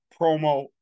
promo